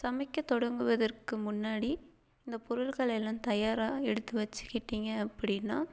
சமைக்க தொடங்குவதற்கு முன்னாடி இந்த பொருள்கள் எல்லாம் தயாராக எடுத்து வச்சிக்கிட்டீங்க அப்படின்னா